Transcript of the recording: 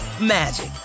magic